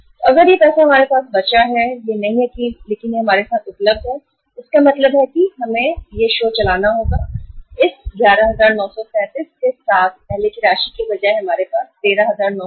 तो अगर यह पैसा हमारे पास बचा है यह नहीं है लेकिन यह हमारे साथ उपलब्ध है इसका मतलब है कि अब हमें शो चलाना होगा इस 11937 के साथ पहले की राशि के बजाय हमारे पास 13937 थे